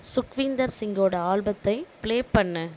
சுக்விந்தர் சிங்கோட ஆல்பத்தைப் ப்ளே பண்ணு